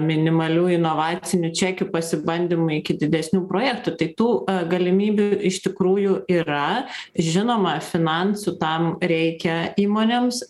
minimalių inovacinių čekių pasibandymų iki didesnių projektų tai tų galimybių iš tikrųjų yra žinoma finansų tam reikia įmonėms